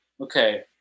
okay